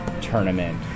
tournament